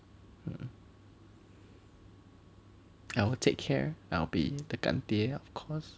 mm I will take care I'll be the 干爹 of course